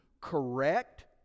correct